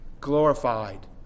glorified